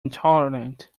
intolerant